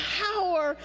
power